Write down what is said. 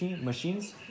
machines